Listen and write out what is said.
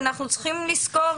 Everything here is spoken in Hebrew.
ואנחנו צריכים לזכור